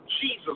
Jesus